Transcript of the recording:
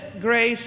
grace